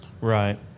Right